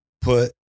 put